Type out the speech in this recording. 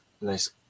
nice